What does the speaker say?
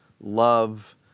love